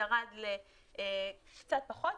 ירד לקצת פחות,